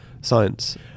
science